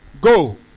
go